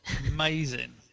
Amazing